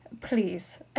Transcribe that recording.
Please